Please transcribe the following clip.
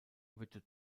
wird